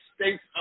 States